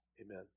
amen